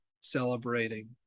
celebrating